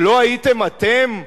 זה לא הייתם אתם,